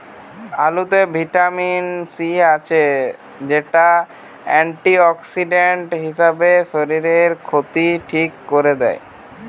আলুতে vitamin C আছে, যেটা অ্যান্টিঅক্সিডেন্ট হিসাবে শরীরের ক্ষতি ঠিক কোরে দেয়